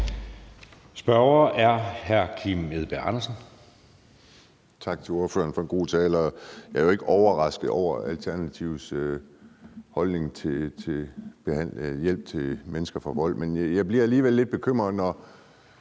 Spørgeren er hr. Kim Edberg Andersen.